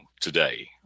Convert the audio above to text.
today